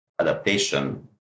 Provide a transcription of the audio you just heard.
adaptation